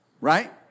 right